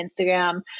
Instagram